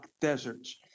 deserts